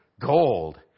Gold